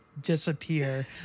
disappear